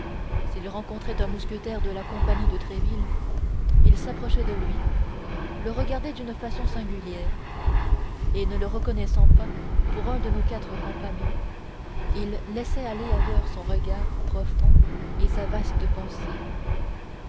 s'il rencontrait un mousquetaire de la compagnie de tréville il s'approchait de lui le regardait d'une façon singulière et ne le reconnaissant pas pour un de nos quatre compagnons il laissait aller ailleurs son regard profond et sa vaste pensée